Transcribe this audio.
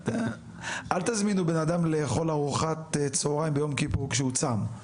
אל תזמינו בן אדם לאכול ארוחת צוהריים ביום כיפור כשהוא צם.